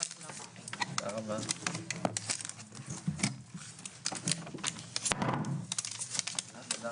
הישיבה ננעלה בשעה 11:25.